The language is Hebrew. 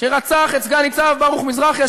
שרצח את סגן-ניצב ברוך מזרחי,